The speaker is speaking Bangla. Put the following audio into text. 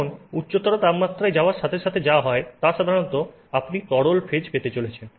এখন উচ্চতর তাপমাত্রায় যাওয়ার সাথে সাথে যা হয় তা সাধারণত আপনি তরল ফেজ পেতে চলেছেন